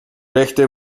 rechte